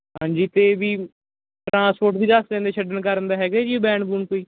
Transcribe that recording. ਹਾਂਜੀ ਅਤੇ ਵੀ ਟਰਾਂਸਪੋਰਟ ਵੀ ਦੱਸ ਦਿੰਦੇ ਛੱਡਣ ਕਰਨ ਦਾ ਹੈਗਾ ਜੀ ਵੈਨ ਵੂਨ ਕੋਈ